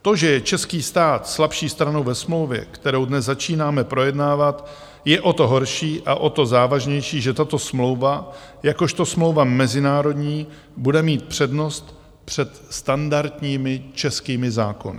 To, že je český stát slabší stranou ve smlouvě, kterou dnes začínáme projednávat, je o to horší a o to závažnější, že tato smlouva jakožto smlouva mezinárodní bude mít přednost před standardními českými zákony.